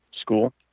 school